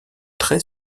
très